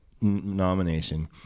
nomination